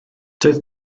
doedd